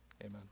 Amen